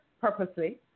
purposely